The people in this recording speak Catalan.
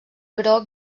groc